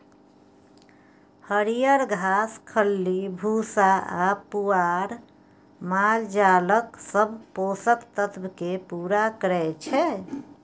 हरियर घास, खल्ली भुस्सा आ पुआर मालजालक सब पोषक तत्व केँ पुरा करय छै